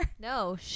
No